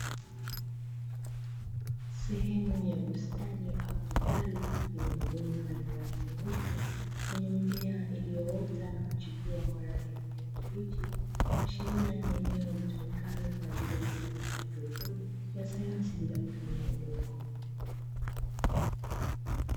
Sehemu ya bustani au kitalu yenye mabomba yenye rangi nyeupe yenye mimea iliyoota na kuchipua kwa rangi ya kijani kibichi ikiashiria ni eneo litumikalo kwa kilomo cha kihaidroponi ya sayansi bila ya kutumia udongo.